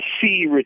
see